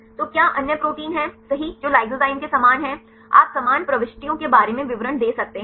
तो क्या अन्य प्रोटीन है सही जो लाइसोजाइम के समान है आप समान प्रविष्टियों के बारे में विवरण दे सकते हैं